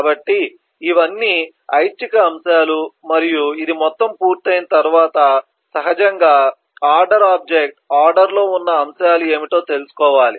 కాబట్టి ఇవన్నీ ఐచ్ఛిక అంశాలు మరియు ఇది మొత్తం పూర్తయిన తర్వాత సహజంగా ఆర్డర్ ఆబ్జెక్ట్ ఆర్డర్లో ఉన్న అంశాలు ఏమిటో తెలుసుకోవాలి